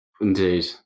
Indeed